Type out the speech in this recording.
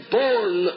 born